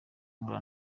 mpura